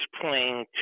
playing